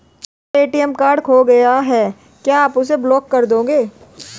मेरा ATM card खो गया है क्या आप उसे ब्लॉक कर देंगे?